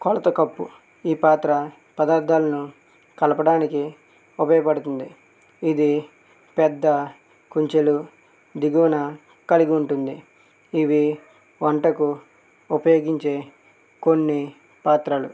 కొలత కప్పు ఈ పాత్ర పదార్థాలను కలపడానికి ఉపయోగపడుతుంది ఇది పెద్ద కుంచెలు దిగువన కలిగి ఉంటుంది ఇవి వంటకు ఉపయోగించే కొన్ని పాత్రలు